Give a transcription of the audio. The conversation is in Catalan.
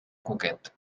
cuquet